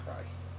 Christ